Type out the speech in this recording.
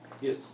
Yes